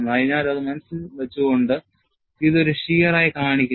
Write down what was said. അതിനാൽ അത് മനസ്സിൽ വച്ചുകൊണ്ട് ഇത് ഒരു shear ആയി കാണിക്കുന്നു